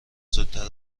زودتر